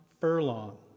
furlong